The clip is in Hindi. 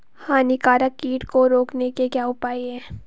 हानिकारक कीट को रोकने के क्या उपाय हैं?